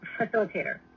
facilitator